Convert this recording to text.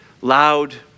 Loud